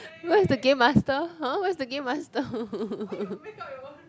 where's the game master !huh! where's the game master